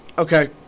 Okay